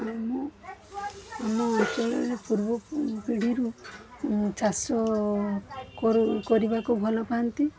ଆମ ଅଞ୍ଚଳରେ ପୂର୍ବ ପୀଢ଼ିରୁ ଚାଷ କରୁ କରିବାକୁ ଭଲ ପାଆନ୍ତି